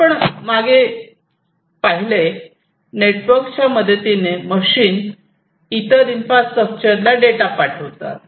आपण मागे पाहिले नेटवर्कच्या मदतीने मशीन इतर इन्फ्रास्ट्रक्चरला डेटा पाठवतात